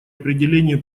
определении